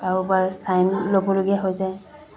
কাৰোবাৰ চাইন ল'বলগীয়া হৈ যায়